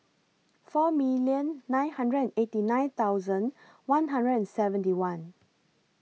four million nine hundred and eighty nine thousand one hundred and seventy one